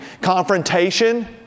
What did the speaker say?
confrontation